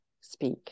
speak